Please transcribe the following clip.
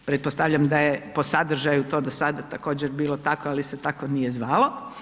Pretpostavljam da je po sadržaju to do sada također bilo tako ali se tako nije zvalo.